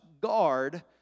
guard